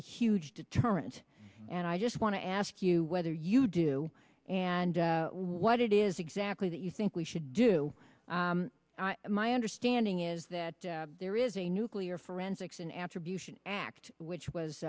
a huge deterrent and i just want to ask you whether you do and what it is exactly that you think we should do my understanding is that there is a nuclear forensics an attribution act which